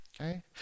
okay